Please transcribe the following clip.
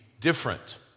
different